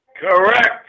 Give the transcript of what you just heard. correct